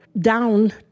down